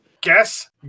Guess